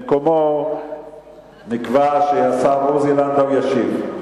במקומו נקבע שהשר עוזי לנדאו ישיב,